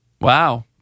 Wow